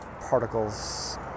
particles